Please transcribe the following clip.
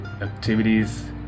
Activities